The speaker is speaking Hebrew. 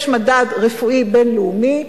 יש מדד רפואי בין-לאומי,